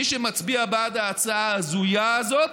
מי שמצביע בעד ההצעה ההזויה הזאת